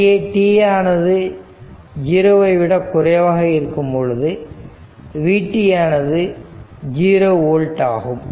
இங்கே t ஆனது 0 வை விட குறைவாக இருக்கும் பொழுது vt ஆனது 0 ஓல்ட் ஆகும்